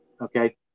Okay